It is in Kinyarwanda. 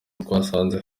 twasanze